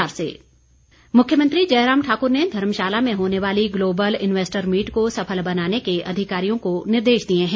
मुख्यमंत्री मुख्यमंत्री जयराम ठाकुर ने धर्मशाला में होने वाली ग्लोबल इन्वेस्टर मीट को सफल बनाने के अधिकारियों को निर्देश दिए हैं